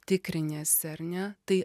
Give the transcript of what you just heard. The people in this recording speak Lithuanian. tikriniesi ar ne tai